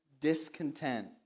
discontent